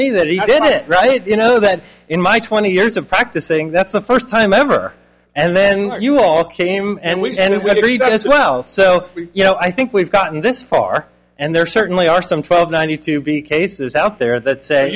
me that he did it right you know that in my twenty years of practicing that's the first time ever and then you all came and went and where you got this well so you know i think we've gotten this far and there certainly are some twelve ninety two big cases out there that say